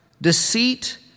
deceit